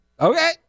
Okay